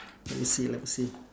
let me see let me see